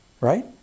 Right